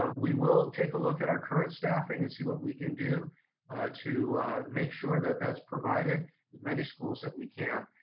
ah we will take a look at our current staffing and see what we can do to make sure that that's provided as many schools that we can.